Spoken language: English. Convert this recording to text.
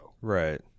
Right